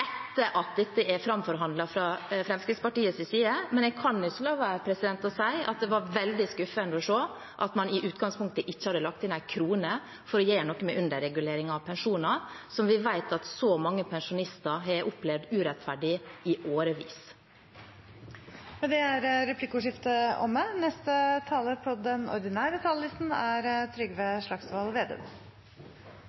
etter at dette er framforhandlet fra Fremskrittspartiets side, men jeg kan ikke la være å si at det var veldig skuffende å se at man i utgangspunktet ikke hadde lagt inn én krone for å gjøre noe med underreguleringen av pensjoner, som vi vet at så mange pensjonister har opplevd urettferdig i årevis. Replikkordskiftet er omme. Det som har gjort sterkest inntrykk på meg de siste månedene, er